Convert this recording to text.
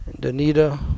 Danita